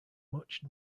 much